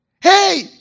Hey